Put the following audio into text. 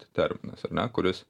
t terminas ar ne kuris